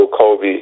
Kobe